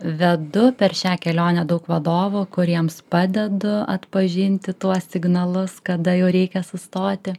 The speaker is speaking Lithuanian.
vedu per šią kelionę daug vadovų kuriems padedu atpažinti tuos signalus kada jau reikia sustoti